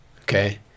Okay